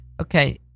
Okay